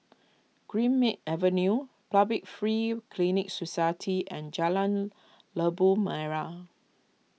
Greenmead Avenue Public Free Clinic Society and Jalan Labu Merah